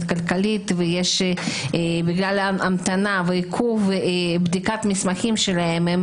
כלכלית ובגלל המתנה ועיכוב בבדיקת המסמכים שלהם הם